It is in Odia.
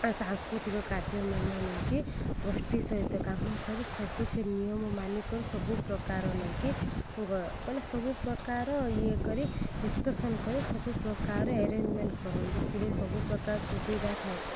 ସାଂସ୍କୃତିକ କାର୍ଯ୍ୟମାନ ନେଇକି ଗୋଷ୍ଠୀ ସହିତ କାମ କରି ସବୁ ସେ ନିୟମ ମାନିକରି ସବୁପକାର ନେଇକି କହିଲେ ସବୁ ପ୍ରକାର ଇଏ କରି ଡିସକସନ୍ କରି ସବୁ ପ୍ରକାର ଆରେଞ୍ଜ୍ମେଣ୍ଟ୍ କରନ୍ତି ସେଠି ସବୁ ପ୍ରକାର ସୁବିଧା ଥାଏ